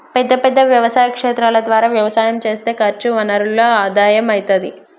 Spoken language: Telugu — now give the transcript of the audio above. పెద్ద పెద్ద వ్యవసాయ క్షేత్రాల ద్వారా వ్యవసాయం చేస్తే ఖర్చు వనరుల ఆదా అయితది